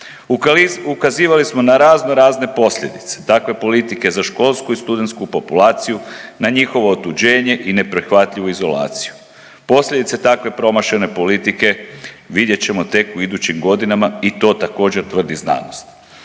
Ukazivali smo na razno razne posljedice takve politike za školsku i studentsku populaciju, na njihovo otuđenje i neprihvatljivu izolaciju. Posljedice takve promašene politike vidjet ćemo tek u idućim godinama i to također tvrdi znanost.